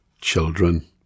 children